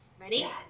Ready